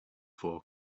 fork